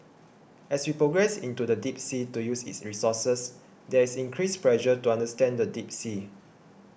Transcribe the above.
as we progress into the deep sea to use its resources there is increased pressure to understand the deep sea